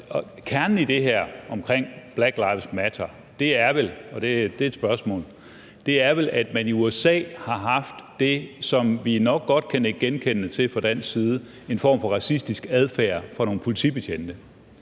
Kernen i det her omkring »Black lives matter« er vel, og det er et spørgsmål, at man i USA har haft det, som vi vel nok godt kan nikke genkendende til fra dansk side, nemlig en form for racistisk adfærd fra nogle politibetjentes